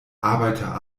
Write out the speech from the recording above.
arbeiter